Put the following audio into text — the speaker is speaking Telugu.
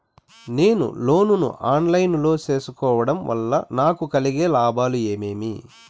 నేను లోను ను ఆన్ లైను లో సేసుకోవడం వల్ల నాకు కలిగే లాభాలు ఏమేమీ?